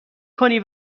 کنی